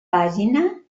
pàgina